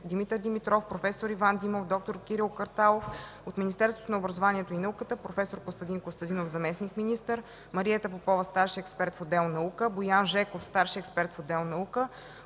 Димитър Димитров, проф. Иван Димов, д-р Кирил Карталов; от Министерството на образованието и науката: проф. Костадин Костадинов – заместник-министър, Мариета Попова – старши експерт в отдел „Наука”, Боян Жеков – старши експерт в отдел „Наука”;